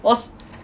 cause